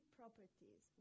properties